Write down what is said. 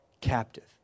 captive